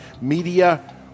media